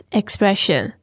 expression